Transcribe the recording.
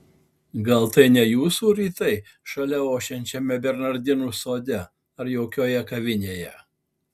gal tai jūsų rytai šalia ošiančiame bernardinų sode ar jaukioje kavinėje